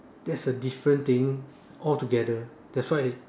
that's a different thing altogether that's why